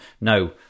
no